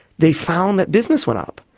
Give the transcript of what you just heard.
they found that business went up,